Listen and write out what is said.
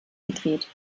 gedreht